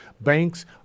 banks